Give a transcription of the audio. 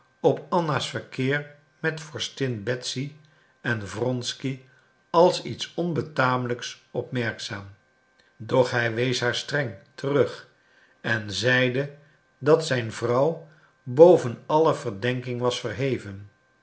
op anna's verkeer met vorstin betsy en wronsky als iets onbetamelijks opmerkzaam doch hij wees haar streng terug en zeide dat zijn vrouw boven alle verdenking was verheven